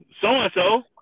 so-and-so